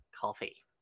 coffee